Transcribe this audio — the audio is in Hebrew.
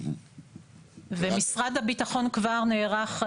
משרד הביטחון כבר נערך.